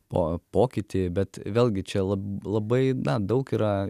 po pokytį bet vėlgi čia lab labai na daug yra